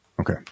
Okay